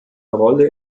rolle